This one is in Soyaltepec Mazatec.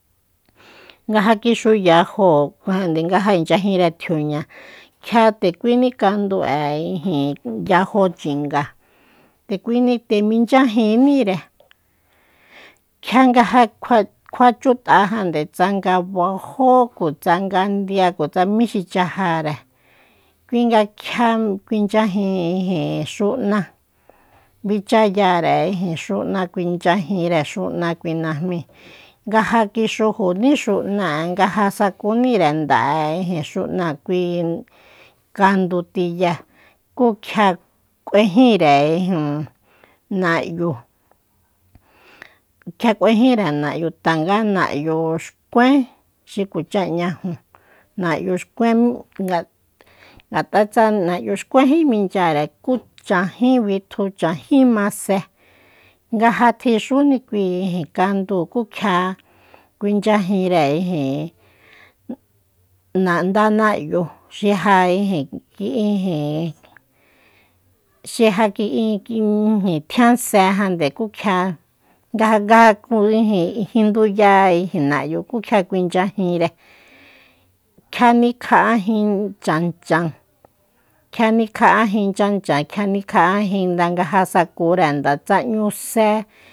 Nga ja kixu yajo kuajande nga ja inchyajinre tjiuña kjia nde kuini candu'e ijin yajo chinga nde kuini nde minchyagínire kjia nga ja kjua- kjua ch'utájande tsanga bajó kutsanga ndia kutsa mí xi chajare kuinga kjia kuinchyajin ijin xu'ná bichayare ijin xu'na kuinchyajínre xu'na ja kui najmi nga ja kixujuní xu'na'a ja sakunire nda'a xu´na kui kandu tiya ku kjia k'uejínre ijin na'yu kjia k'uejínre na'yu tanga na'yu xkuen xi kuacha ñ'ajun na'yu xkuen ngata tsanga na'yu xkuenjí minchyare ku chanjí bitju chanjí máse nga ja tjixúni candúu ku kjia kuinchyajinre ijin nanda na'yu xi ja ijin- ijin xi ja ijin tjian se jande ku kjia ngaja- ngaja jinduya na'yu ku kjia kuinchyajínre kjia nikja'ajin chan chan- kjia nikja'ajin chan chan kjia nikja'ajin ndanga ja sakure nda tsa n'ñu se